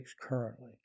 currently